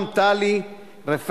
מדינת